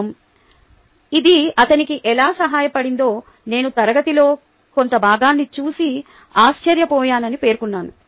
వ్యాయామం ఇది అతనికి ఎలా సహాయపడిందో నేను తరగతిలోని కొంత భాగాన్ని చూసి ఆశ్చర్యపోయానని పేర్కొన్నాను